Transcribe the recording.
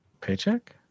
Paycheck